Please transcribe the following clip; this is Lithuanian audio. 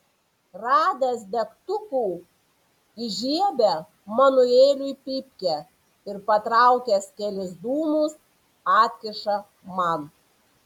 radęs degtukų įžiebia manueliui pypkę ir patraukęs kelis dūmus atkiša man